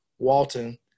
Walton